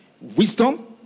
Wisdom